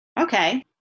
okay